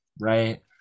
right